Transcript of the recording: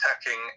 attacking